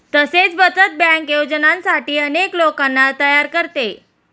तसेच बचत बँक योजनांसाठी अनेक लोकांना तयार करते